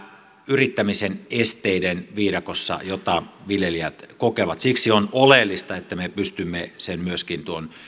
yrittämisen esteiden viidakossa jota viljelijät kokevat siksi on oleellista että me pystymme myöskin tuon